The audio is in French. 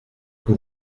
que